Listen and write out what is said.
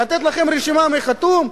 לתת לכם רשימה מי חתום?